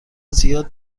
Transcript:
زیاد